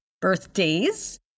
birthdays